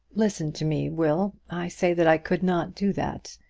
listen to me, will. i say that i could not do that.